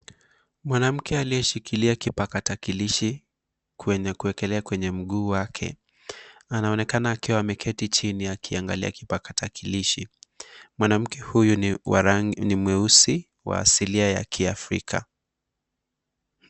Mwanake aliyeshikili kipakatakilishi kwenye kuwekelea mguu wake anaonekana akiwa ameketi chini akiangalia kipakatakilishi. Mwanamke huyu ni wa rangi ni mweusi wa asilia ya kiafrika.